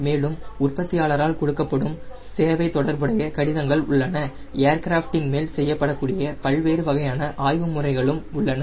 மேலும் உற்பத்தியாளர்களால் கொடுக்கப்படும் சேவை தொடர்புடைய கடிதங்கள் உள்ளன ஏர்கிராஃப்ட் இன் மேல் செய்யப்படக்கூடிய பல்வேறு வகையான ஆய்வு முறைகள் உள்ளன